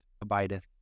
abideth